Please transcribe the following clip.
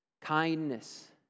Kindness